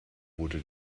wurde